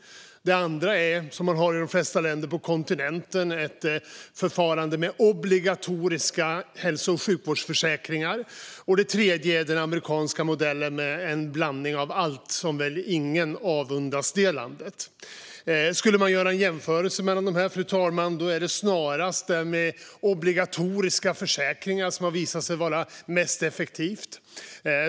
Det andra är, som man har i de flesta länder på kontinenten, ett förfarande med obligatoriska hälso och sjukvårdsförsäkringar. Och det tredje är den amerikanska modellen med en blandning av allt som väl ingen avundas det landet. Skulle man göra en jämförelse mellan dessa tre är det snarast förfarandet med obligatoriska försäkringar som har visat sig vara mest effektivt.